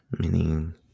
meaning